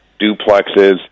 duplexes